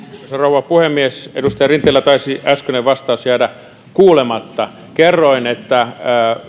rouva puhemies edustaja rinteellä taisi äskeinen vastaus jäädä kuulematta kerroin että